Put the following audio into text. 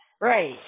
right